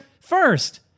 first